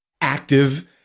active